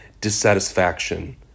dissatisfaction